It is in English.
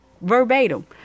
verbatim